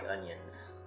onions